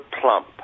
plump